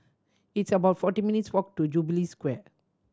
it's about forty minutes' walk to Jubilee Square